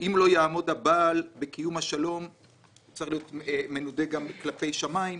אם לא יעמוד הבעל בקיום השלום אזי הוא צריך להיות גם מנודה כלפי שמים .